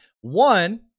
One